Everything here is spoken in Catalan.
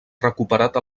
recuperat